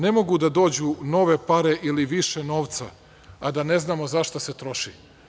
Ne mogu da dođu nove pare ili više novca, a da ne znamo za šta se troši.